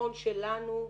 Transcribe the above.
ובביטחון שלנו בשכונה.